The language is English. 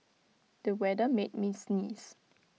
the weather made me sneeze